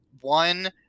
one